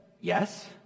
yes